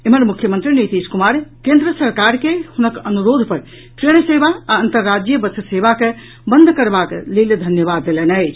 एम्हर मुख्यमंत्री नीतीश कुमार केंद्र सरकार के हुनक अनुरोध पर ट्रेन सेवा आ अंतर्राज्यीय बस सेवा के बंद करबाक लेल धन्यवाद देलनि अछि